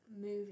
movie